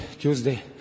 Tuesday